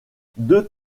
deux